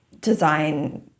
design